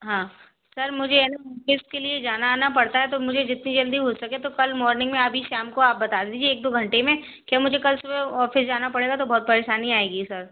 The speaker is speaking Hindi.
हाँ सर मुझे है ना ऑफ़िस के लिए जाना आना पड़ता है तो मुझे जितनी जल्दी हो सके तो कल मौर्निंग में अभी शाम को आप बता दीजिए एक दो घंटे में क्यों मुझे कल सुबह ऑफ़िस जाना पड़ेगा तो बहुत पेरशानी आएगी सर